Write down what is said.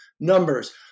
numbers